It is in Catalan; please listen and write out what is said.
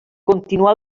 continuà